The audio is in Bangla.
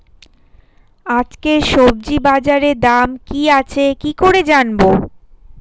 আজকে সবজি বাজারে দাম কি আছে কি করে জানবো?